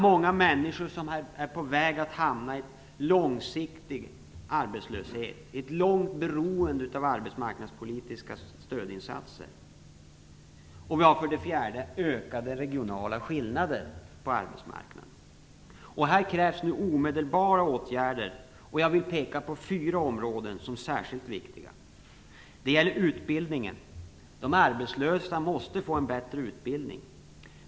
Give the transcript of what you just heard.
Många människor är på väg att hamna i en långsiktig arbetslöshet, i ett långvarigt beroende av arbetsmarknadspolitiska stödinsatser. 4. Det är ökade regionala skillnader på arbetsmarknaden. Här krävs det omedelbara åtgärder. Jag vill peka på fyra områden som är särskilt viktiga: Utbildning. De arbetslösa måste få en bättre utbildning.